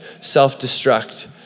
self-destruct